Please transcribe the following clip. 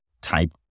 type